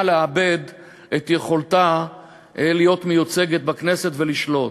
לאבד את יכולתה להיות מיוצגת בכנסת ולשלוט.